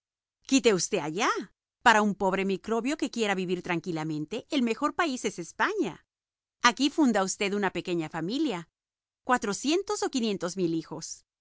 quite usted allá para un pobre microbio que quiera vivir tranquilamente el mejor país es españa aquí funda usted una pequeña familia cuatrocientos o quinientos mil hijos